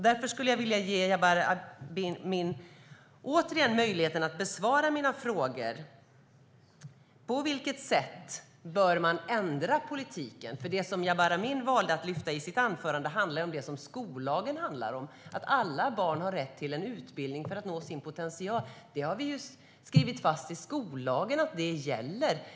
Därför vill jag återigen ge Jabar Amin chans att besvara mina frågor. På vilket sätt bör man ändra politiken? Det som Jabar Amin valde att lyfta fram i sitt anförande handlade ju om det som står i skollagen, att alla barn har rätt till en utbildning för att nå sin potential. Vi har ju skrivit in i skollagen att det är det som gäller.